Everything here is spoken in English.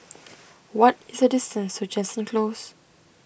what is the distance to Jansen Close